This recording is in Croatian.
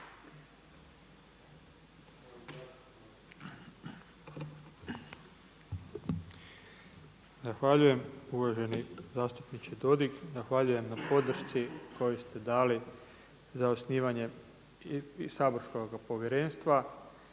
Zahvaljujem. Uvaženi zastupniče Dodig zahvaljujem na podršci koju ste dali za osnivanje i saborskoga povjerenstva.